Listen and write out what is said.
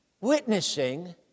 witnessing